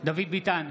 דוד ביטן,